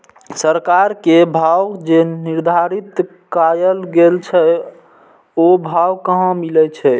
सरकार के भाव जे निर्धारित कायल गेल छै ओ भाव कहाँ मिले छै?